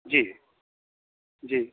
जी जी